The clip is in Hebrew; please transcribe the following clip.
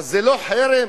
זה לא חרם?